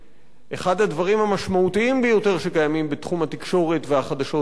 אחד הדברים המשמעותיים ביותר שקיימים בתחום התקשורת והחדשות בישראל,